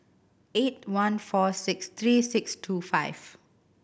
eight one four six three six two five